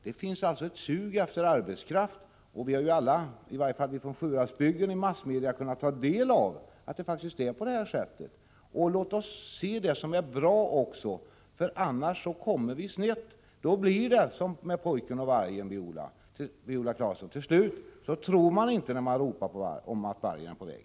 Det finns ett sug efter arbetskraft, och det har åtminstone i Sjuhäradsbygdens massmedia lämnats uppgifter om att det är på det här sättet. Låt oss också se på det som är bra, för annars kommer vi snett. Då blir det, Viola Claesson, som i historien om pojken och vargen — till slut tror man inte på ropen om att vargen är på väg.